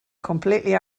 completely